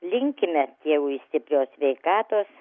linkime tėvui stiprios sveikatos